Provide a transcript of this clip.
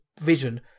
vision